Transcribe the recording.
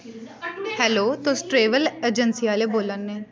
hello तुस travel agency आह्ले बोला ने